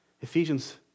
Ephesians